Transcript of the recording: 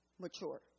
mature